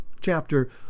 chapter